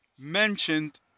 mentioned